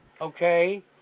okay